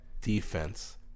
defense